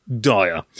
Dire